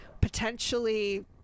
potentially